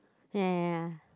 ya ya ya